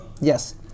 Yes